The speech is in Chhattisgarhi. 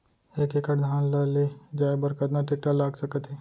एक एकड़ धान ल ले जाये बर कतना टेकटर लाग सकत हे?